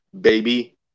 baby